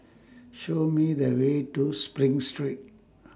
Show Me The Way to SPRING Street